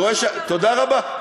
תודה רבה.